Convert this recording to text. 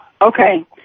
Okay